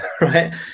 right